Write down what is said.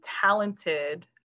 talented